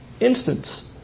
instance